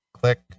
click